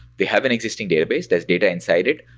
they have an existing database. there's data inside it.